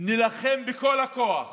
נילחם בכל הכוח